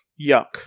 yuck